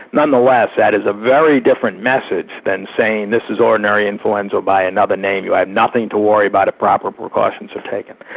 nonetheless, that is a very different message than saying this is ordinary influenza by another name, you have nothing to worry about if proper precautions are taken'.